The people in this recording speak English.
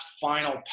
final